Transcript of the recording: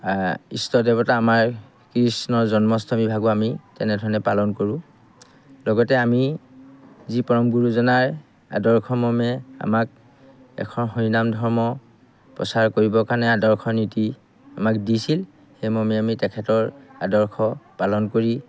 east দেৱতা আমাৰ কৃষ্ণৰ জন্মাষ্টমীভাগো আমি তেনেধৰণে পালন কৰোঁ লগতে আমি যি পৰম গুৰুজনাৰ আদৰ্শমৰ্মে আমাক এশ হৰিনাম ধৰ্ম প্ৰচাৰ কৰিবৰ কাৰণে আদৰ্শ নীতি আমাক দিছিল সেইমৰ্মে আমি তেখেতৰ আদৰ্শ পালন কৰি